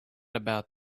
about